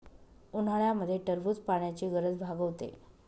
उन्हाळ्यामध्ये टरबूज पाण्याची गरज भागवते